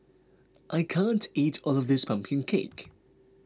I can't eat all of this Pumpkin Cake